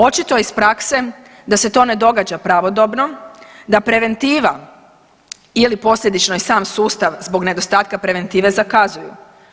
Očito iz prakse da se to ne događa pravodobno, da preventiva ili posljedično i sam sustav zbog nedostatka preventive zakazuju.